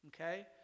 okay